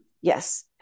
yes